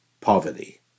poverty